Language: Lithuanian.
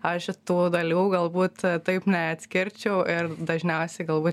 aš šitų dalių galbūt taip neatskirčiau ir dažniausiai galbūt